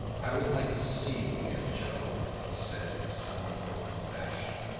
i would like to see you again, joe, he said in a somewhat broken fashion.